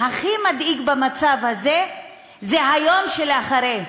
הכי מדאיג במצב הזה זה היום שאחרי.